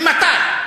ממתי?